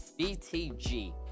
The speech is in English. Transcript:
BTG